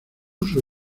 uso